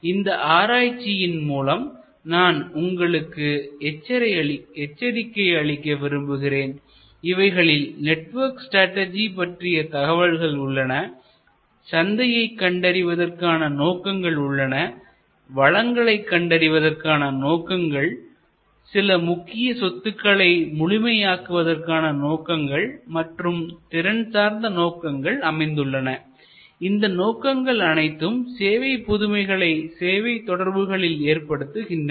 இந்த ஆராய்ச்சியின் மூலம் நான் உங்களுக்கு எச்சரிக்கை அளிக்க விரும்புகிறேன் இவைகளில் நெட்வொர்க் ஸ்டட்டர்ஜி பற்றிய தகவல்கள் உள்ளன சந்தையை கண்டறிவதற்கான நோக்கங்கள் உள்ளன வளங்களை கண்டறிவதற்கான நோக்கங்கள் சில முக்கிய சொத்துக்களை முழுமை ஆக்குவதற்கான நோக்கங்கள் மற்றும் திறன் சார்ந்த நோக்கங்கள் அமைந்துள்ளன இந்த நோக்கங்கள் அனைத்தும் சேவை புதுமைகளை சேவை தொடர்புகளில் ஏற்படுத்துகின்றன